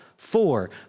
Four